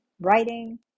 writing